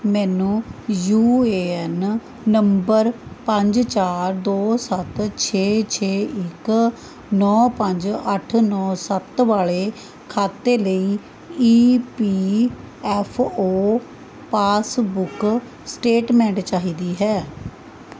ਮੈਨੂੰ U A N number ਪੰਜ ਚਾਰ ਦੋ ਸੱਤ ਛੇ ਛੇ ਇੱਕ ਨੌ ਪੰਜ ਅੱਠ ਨੌ ਸੱਤ ਵਾਲੇ ਖਾਤੇ ਲਈ E P F O passbook statement ਚਾਹੀਦੀ ਹੈ